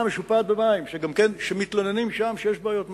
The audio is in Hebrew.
מדינה משופעת במים, שמתלוננים שם שיש בעיות מים,